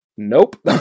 Nope